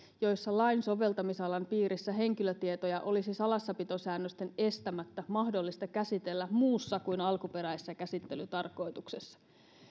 joissa lain soveltamisalan piirissä henkilötietoja olisi salassapitosäännösten estämättä mahdollista käsitellä muussa kuin alkuperäisessä käsittelytarkoituksessa